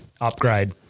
upgrade